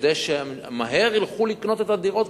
כדי שילכו מהר לקנות את הדירות,